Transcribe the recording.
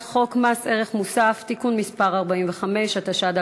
מפעל הנעליים "בריל" ופיטורי יותר מ-100 עובדים.